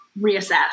reassess